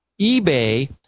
eBay